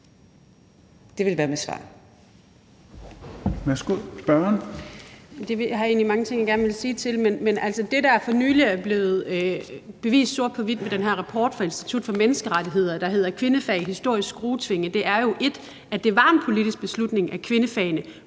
Det vil være mit svar.